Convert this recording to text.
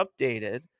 updated